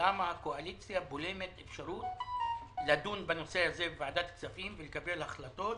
למה הקואליציה בולמת אפשרות לדון בנושא הזה בוועדת כספים ולקבל החלטות